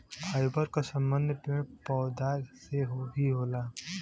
fibre क संबंध पेड़ पौधा से भी होला